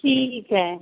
ठीक है